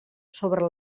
sobre